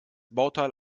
bauteil